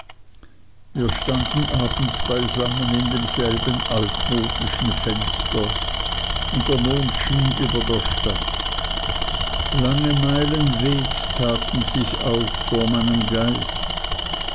wir standen abends beisammen in demselben altmodischen fenster und der mond schien über der stadt lange meilen wegs taten sich auf vor meinem geist